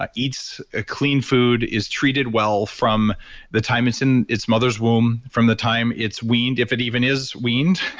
ah eats ah clean food, is treated well from the time it's in its mother's womb, from the time it's weaned, if it even is weaned,